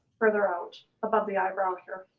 further out, above the eyebrow here.